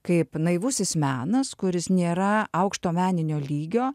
kaip naivusis menas kuris nėra aukšto meninio lygio